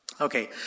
Okay